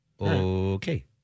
Okay